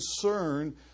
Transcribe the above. concern